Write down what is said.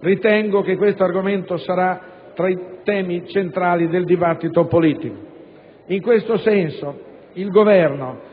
ritengo che questo argomento sarà tra i temi centrali del dibattito politico. In questo senso, il Governo,